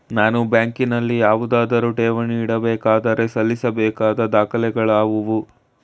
ನಾನು ಬ್ಯಾಂಕಿನಲ್ಲಿ ಯಾವುದಾದರು ಠೇವಣಿ ಇಡಬೇಕಾದರೆ ಸಲ್ಲಿಸಬೇಕಾದ ದಾಖಲೆಗಳಾವವು?